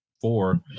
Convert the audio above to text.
four